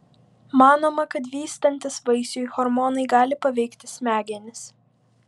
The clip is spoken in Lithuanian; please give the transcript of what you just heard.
manoma kad vystantis vaisiui hormonai gali paveikti smegenis